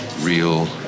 real